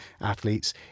athletes